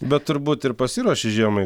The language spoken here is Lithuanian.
bet turbūt ir pasiruoši žiemai